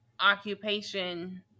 occupation